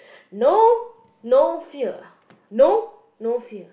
no no fear no no fear